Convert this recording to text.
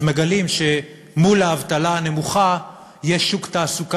מגלים שמול האבטלה הנמוכה יש שוק תעסוקה